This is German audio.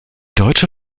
deutsche